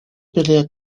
pelea